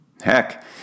Heck